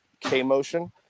K-Motion